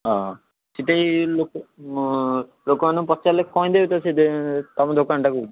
ହଁ ସେଠି ଲୋକ ଲୋକମାନଙ୍କୁ ପଚାରିଲେ କହି ଦେବେତ ସେଟି ତମ ଦୋକାନଟା କୋଉଠି ଅଛି